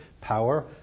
power